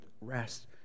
rest